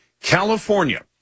california